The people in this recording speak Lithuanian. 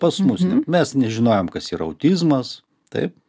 pas mus tik mes nežinojom kas yra autizmas taip